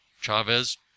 Chavez